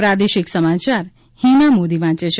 પ્રાદેશિક સમાચાર હિના મોદી વાંચે છે